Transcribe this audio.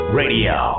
radio